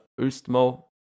Ustmo